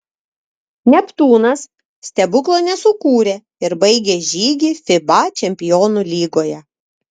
neptūnas stebuklo nesukūrė ir baigė žygį fiba čempionų lygoje